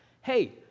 Hey